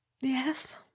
Yes